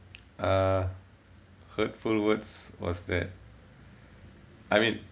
uh hurtful words was that I mean